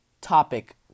topic